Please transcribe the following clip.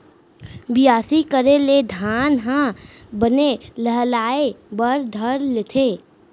बियासी करे ले धान ह बने लहलहाये बर धर लेथे